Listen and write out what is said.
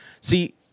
See